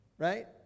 Right